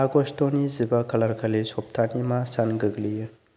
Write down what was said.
अगस्त'नि जिबा खालारखालि सप्तानि मा सान गोग्लैयो